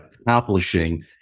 accomplishing